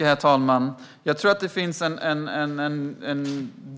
Herr talman! Jag tror att vi